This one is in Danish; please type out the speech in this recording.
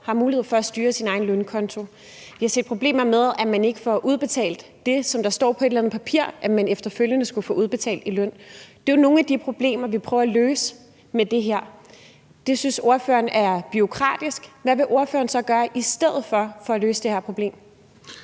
har mulighed for at styre sin egen lønkonto. Vi har set problemer med, at man ikke får udbetalt det, som står på et eller andet papir man efterfølgende skulle få udbetalt i løn. Det er jo nogle af de problemer, vi prøver at løse med det her. Det synes ordføreren er bureaukratisk. Hvad vil ordføreren så gøre i stedet for for at løse det her problem?